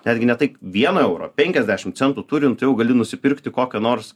netgi ne tai vieno euro penkiasdešimt centų turint jau gali nusipirkti kokią nors